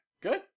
good